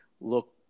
look